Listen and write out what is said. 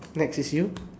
next is you